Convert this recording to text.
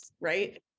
Right